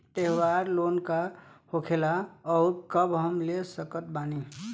त्योहार लोन का होखेला आउर कब हम ले सकत बानी?